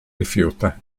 rifiuta